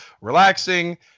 relaxing